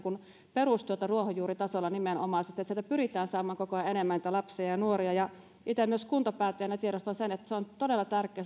perustyötä ruohonjuuritasolla nimenomaan niin että sieltä pyritään saamaan koko ajan enemmän niitä lapsia ja ja nuoria itse myös kuntapäättäjänä tiedostan sen että urheiluseurojen merkitys on todella tärkeä